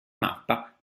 mappa